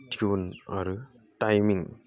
tune आरो timing